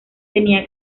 tenía